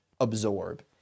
absorb